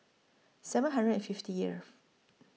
seven hundred and fifty years